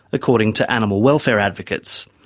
according to animal welfare advocates.